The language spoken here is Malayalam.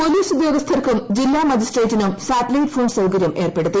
പോലീസ് ഉദ്യോഗസ്ഥർക്കും ജില്ലാ മജിസ്ട്രേറ്റിനും സാറ്റലൈറ്റ് ഫോൺ സൌകര്യം ഏർപ്പെടുത്തി